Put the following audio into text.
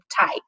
type